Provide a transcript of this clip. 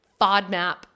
FODMAP